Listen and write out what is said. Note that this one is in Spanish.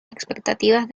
expectativas